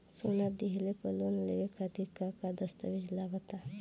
सोना दिहले पर लोन लेवे खातिर का का दस्तावेज लागा ता?